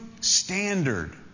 standard